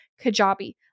Kajabi